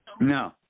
No